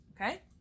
okay